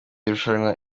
irushanywa